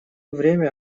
время